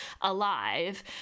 alive